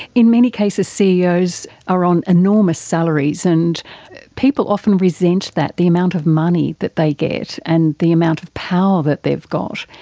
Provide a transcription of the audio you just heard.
in many cases ceos are on enormous salaries, and people often resent that, the amount of money that they get and the amount of power that they've got.